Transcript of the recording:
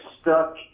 stuck